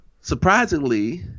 Surprisingly